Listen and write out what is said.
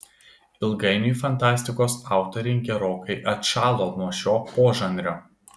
ilgainiui fantastikos autoriai gerokai atšalo nuo šio požanrio